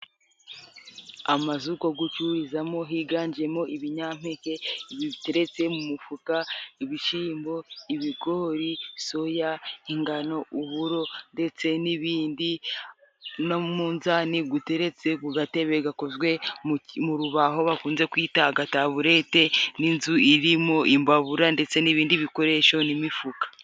Amazu ko gucururizamo higanjemo ibinyampeke biteretse mu mufuka, ibishimbo, ibigori, soya, ingano, uburo ndetse n'ibindi n'umunzani guteretse ku gatebe gakozwe mu rubaho bakunze kwita agataburete n'inzu irimo imbabura ndetse n'ibindi bikoresho n'imifuka.